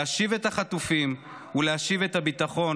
להשיב את החטופים ולהשיב את הביטחון